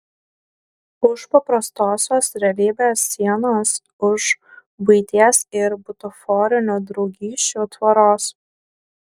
už paprastosios realybės sienos už buities ir butaforinių draugysčių tvoros